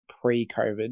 pre-COVID